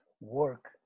work